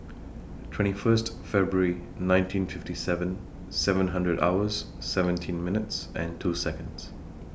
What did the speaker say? twenty First February nineteen fifty seven seven hundred hours seventeen minutes and two Seconds